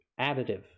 additive